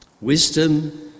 Wisdom